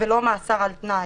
ולא מאסר על תנאי.